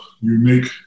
unique